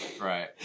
Right